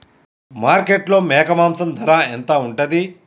మార్కెట్లో మేక మాంసం ధర ఎంత ఉంటది?